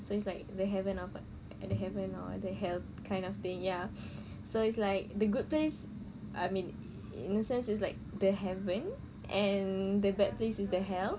so it's like they haven't offered the heaven or the hell kind of thing ya so it's like the good place I mean in a sense is like the heaven and the bad place is the hell